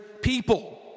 people